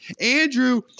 Andrew